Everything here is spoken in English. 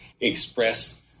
express